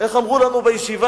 איך אמרו לנו בישיבה?